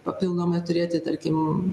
papildomai turėti tarkim